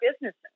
businesses